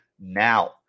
now